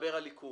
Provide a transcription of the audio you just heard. שמדבר על עיקול.